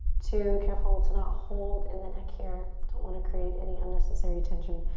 two, careful to not hold in the neck here. don't want to create any unnecessary tension.